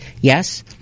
yes